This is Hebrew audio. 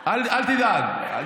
אל תדאג.